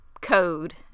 code